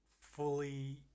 fully